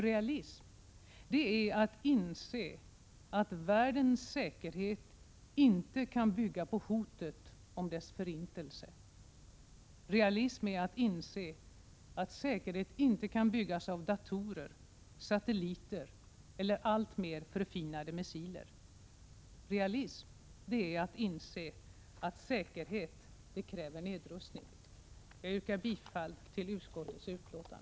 Realism är att inse att världens säkerhet inte kan bygga på hotet om dess förintelse. Realism är att inse att säkerhet inte kan byggas av datorer, satelliter eller alltmer förfinade missiler. Realism är att inse att säkerhet kräver nedrustning. Jag yrkar bifall till utskottets hemställan.